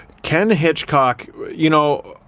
ken hitchcock you know,